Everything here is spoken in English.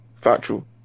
Factual